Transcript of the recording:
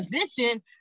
position